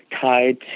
tied